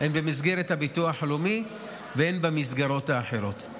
הן במסגרת הביטוח הלאומי והן במסגרות האחרות.